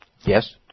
Yes